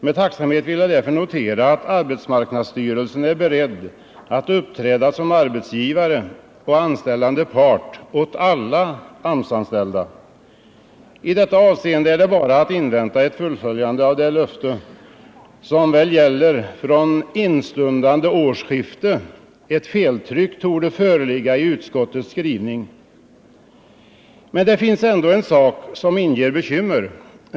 Med tacksamhet vill jag därför notera att arbetsmarknadsstyrelsen är beredd att uppträda som arbetsgivare och anställande part åt alla AMS-anställda. I detta avseende är det bara att invänta ett fullföljande av detta löfte, som väl gäller från instundande årsskifte. Ett feltryck torde föreligga i utskottets skrivning. Men det finns ändå en sak som inger bekymmer.